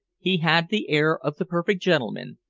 he had the air of the perfect gentleman,